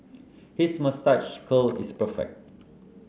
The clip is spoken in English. his moustache curl is perfect